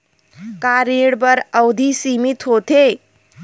का ऋण बर अवधि सीमित होथे?